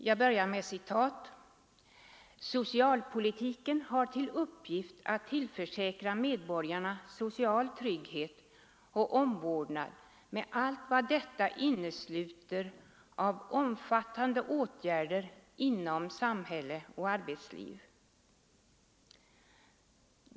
Jag börjar med ett citat: ”Socialpolitiken har till uppgift att tillförsäkra medborgarna social trygghet och omvårdnad med allt vad detta innesluter av omfattande åtgärder inom samhälle och arbetsliv.